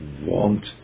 want